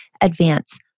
advance